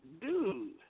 dude